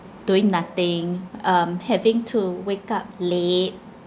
doing nothing um having to wake up late